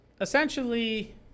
essentially